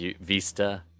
vista